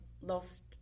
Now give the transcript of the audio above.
lost